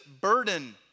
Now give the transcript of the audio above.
burden